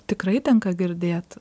tikrai tenka girdėt